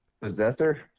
possessor